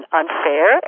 unfair